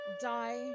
die